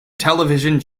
television